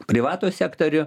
privatų sektorių